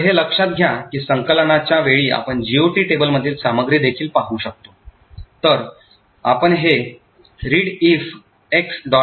तर हे लक्षात घ्या की संकलनाच्या वेळी आपण GOT टेबलमधील सामग्री देखील पाहू शकतो तर आपण हे readelf - x